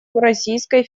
российской